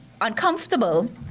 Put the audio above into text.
uncomfortable